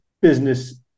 business